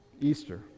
Easter